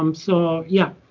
um so yeah.